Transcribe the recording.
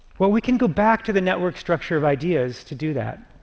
well, we can go back to the network structure of ideas to do that.